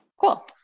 cool